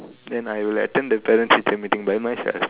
then I will attend the parent teacher meeting by myself